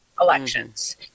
elections